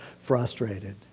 frustrated